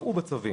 שתיקבענה בצווים.